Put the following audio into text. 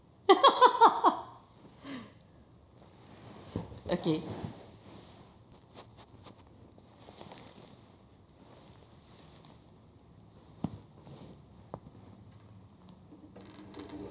okay